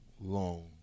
long